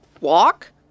Walk